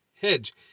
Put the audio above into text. Hedge